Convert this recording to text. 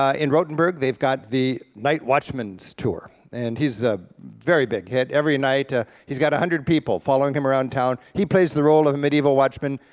ah in rothenburg, they've got the night watchman's tour, and he's a very big hit. every night ah he's got a hundred people following him around town. he plays the role of a medieval watchman,